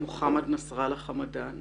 מוחמד נסראללה חמדאן